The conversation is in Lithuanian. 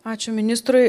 ačiū ministrui